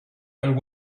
and